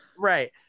right